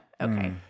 Okay